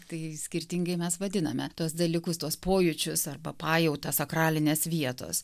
tai skirtingai mes vadiname tuos dalykus tuos pojūčius arba pajautą sakralinės vietos